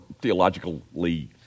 theologically